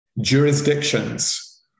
jurisdictions